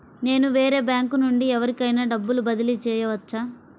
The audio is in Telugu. నేను వేరే బ్యాంకు నుండి ఎవరికైనా డబ్బు బదిలీ చేయవచ్చా?